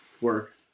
work